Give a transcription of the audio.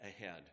ahead